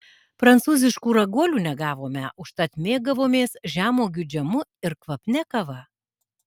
prancūziškų raguolių negavome užtat mėgavomės žemuogių džemu ir kvapnia kava